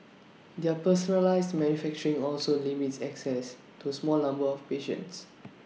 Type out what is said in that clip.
their personalised manufacturing also limits access to A small numbers of patients